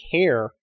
care